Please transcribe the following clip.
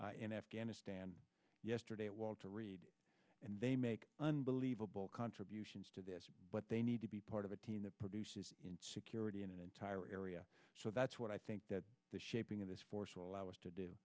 wounded in afghanistan yesterday at walter reed and they make unbelievable contributions to this but they need to be part of a team that produces security in an entire area so that's what i think that the shaping of this force will allow us to do